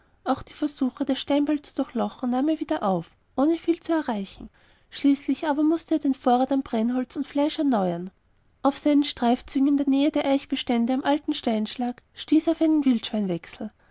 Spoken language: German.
auch die versuche das steinbeil zu durchlochen nahm er wieder auf ohne viel zu erreichen schließlich aber mußte er den vorrat an brennholz und fleisch erneuern auf seinen streifzügen in der nähe der eichenbestände am alten steinschlag stieß er auf einen wildschweinwechsel